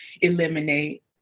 eliminate